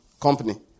company